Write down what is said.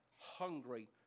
hungry